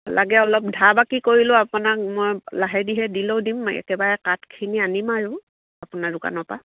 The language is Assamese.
লাগে অলপ ধাৰ বাকী কৰিলোঁ আপোনাক মই লাহেকৈ দিলেও দিম একেবাৰে কাঠখিনি আনিম আৰু আপোনাৰ দোকানৰপৰা